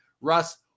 Russ